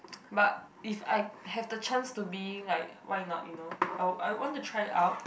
but if I have the chance to be like why not you know I'll I'll want to try it out